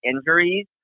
injuries